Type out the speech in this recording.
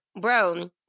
Bro